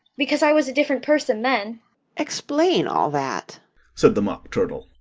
because i was a different person then explain all that said the mock turtle.